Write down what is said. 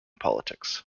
politics